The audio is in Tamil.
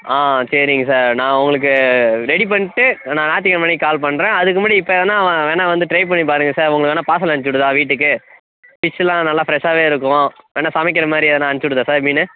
ஆ சரிங்க சார் நான் உங்களுக்கு ரெடி பண்ணிட்டு நா ஞாத்திக்கெழம அன்றைக்கி கால் பண்ணுறேன் அதுக்கு முன்னாடி இப்போ வேணாம் வேணாம் வந்து டிரை பண்ணி பாருங்க சார் உங்களுக்கு வேணாம் பார்சல் அனுப்ச்சி விடுதா வீட்டுக்கு ஃபிஷ்ஷுலாம் நல்லா ஃப்ரெஷ்ஷாவே இருக்கும் வேணுணா சமைக்கிற மாதிரி எதுனா அனுப்ச்சி விடுதா சார் மீன்